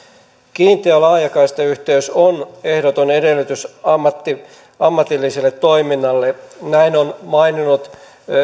kiinteä laajakaistayhteys on ehdoton edellytys ammatilliselle toiminnalle näin on maininnut